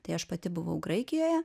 tai aš pati buvau graikijoje